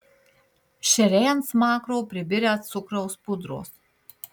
šeriai ant smakro pribirę cukraus pudros